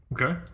Okay